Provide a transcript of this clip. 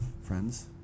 friends